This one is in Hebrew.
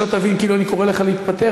שלא תבין כאילו אני קורא לך להתפטר,